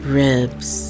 ribs